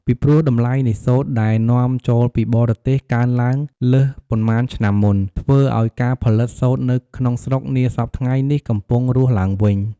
ពីព្រោះ តម្លៃនៃសូត្រដែលនាំចូលពីបរទេសកើនឡើងលើសប៉ុន្មានឆ្នាំមុន ធ្វើឱ្យការផលិតសូត្រនៅក្នុង ស្រុកនាសព្វថ្ងៃនេះកំពុងរស់ឡើងវិញ។